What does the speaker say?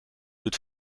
doet